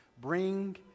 Bring